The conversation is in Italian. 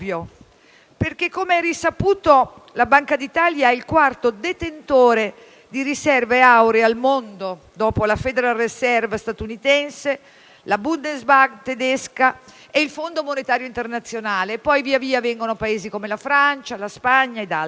come è risaputo, la Banca d'Italia è il quarto detentore di riserve auree al mondo, dopo la Federal reserve statunitense, la Bundesbank tedesca e il Fondo monetario internazionale. Poi, via via vengono Paesi come la Francia, la Spagna ed altri.